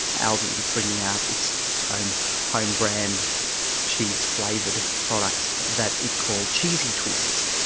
aldi was bringing out its own home brand cheese-flavoured products that it called cheesy twists.